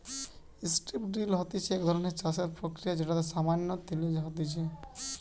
strip drill হতিছে এক ধরণের চাষের প্রক্রিয়া যেটাতে সামান্য তিলেজ হতিছে